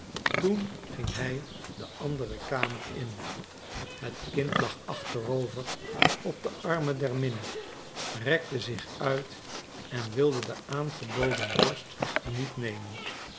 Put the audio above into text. toen ging hij de andere kamer in het kind lag achterover op de armen der minne rekte zich uit en wilde de aangeboden borst niet nemen